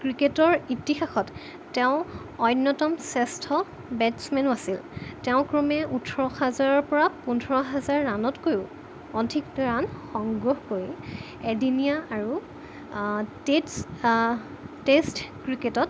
ক্ৰিকেটৰ ইতিহাসত তেওঁ অন্যতম শ্ৰেষ্ঠ বেটছমেনো আছিল তেওঁ ক্ৰমে ওঠৰ হাজাৰৰ পৰা পোন্ধৰ হাজাৰ ৰাণতকৈও অধিক ৰাণ সংগ্ৰহ কৰি এদিনীয়া আৰু টেটছ টেষ্ট ক্ৰিকেটত